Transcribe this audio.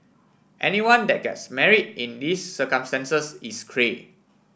anyone that gets marry in these circumstances is cray